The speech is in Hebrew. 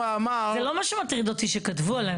זה לא מה שמטריד אותי שכתבו עליי,